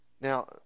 Now